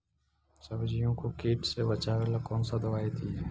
सब्जियों को किट से बचाबेला कौन सा दबाई दीए?